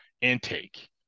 intake